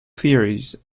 theories